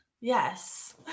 Yes